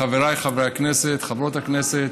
חבריי חברי הכנסת, חברות הכנסת,